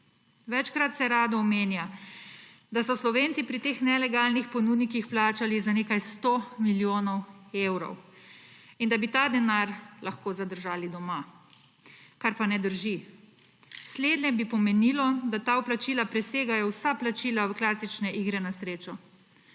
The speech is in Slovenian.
Večkrat se rado omenja, da so Slovenci pri teh nelegalnih ponudnikih plačali za nekaj 100 milijonov evrov in da bi ta denar lahko zadržali doma, kar pa ne drži. Slednje bi pomenilo, da ta vplačila presegajo vsa plačila v klasične igre na srečo.